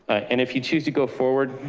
and if you choose to go forward,